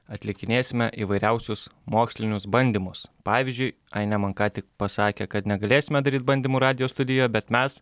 atlikinėsime įvairiausius mokslinius bandymus pavyzdžiui ai ne man ką tik pasakė kad negalėsime daryt bandymų radijo studijoje bet mes